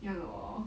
ya lor